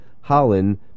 Holland